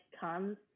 comes